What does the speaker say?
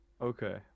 Okay